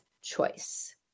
choice